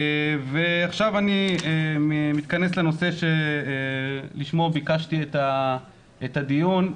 עכשיו אני מתכנס לנושא שלשמו ביקשתי את הדיון,